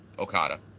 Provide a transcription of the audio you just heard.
Okada